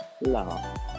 love